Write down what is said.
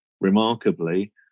remarkably